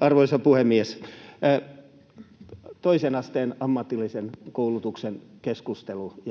Arvoisa puhemies! Toisen asteen ammatillinen koulutus jää keskustelussa